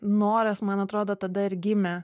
noras man atrodo tada ir gimė